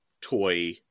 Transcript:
toy